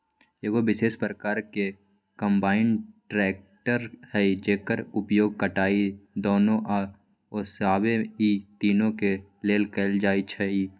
एगो विशेष प्रकार के कंबाइन ट्रेकटर हइ जेकर उपयोग कटाई, दौनी आ ओसाबे इ तिनों के लेल कएल जाइ छइ